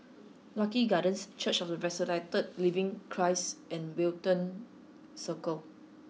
Lucky Gardens Church of the Resurrected Living Christ and Wellington Circle